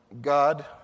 God